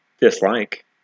dislike